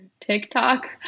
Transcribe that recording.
TikTok